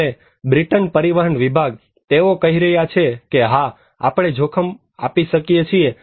હવે બ્રિટન પરિવહન વિભાગ તેઓ કહી રહ્યા છે કે હા આપણે જોખમ આપી શકીએ છીએ